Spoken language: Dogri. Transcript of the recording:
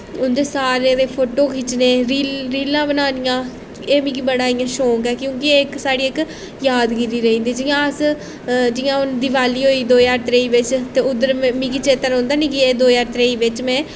उं'दे सारें दे फोटो खिच्चने रील रीलां बनानियां एह् मिगी बड़ा इ'यां शौंक ऐ क्योंकि एह् इक साढ़ी इक यादगिरी रेही जंदी जियां अस जियां हून दिवाली होई दो ज्हार त्रेई च ते उद्धर मिगी चेत्ता रौंह्दे ना कि एह् दो ज्हार त्रेई बिच्च में ही